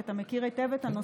כי אתה מכיר היטב את הנושא.